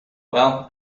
well